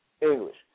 English